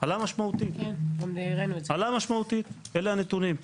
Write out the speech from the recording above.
עלה משמעותית, אלה הנתונים,